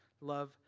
Love